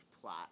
plot